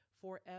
forever